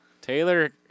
Taylor